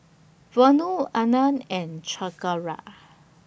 Vanu Anand and Chengara